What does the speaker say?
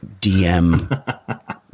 DM